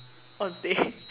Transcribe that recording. on stage